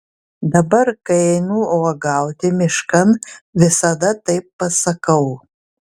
dabar kai einu uogauti miškan visada taip pasakau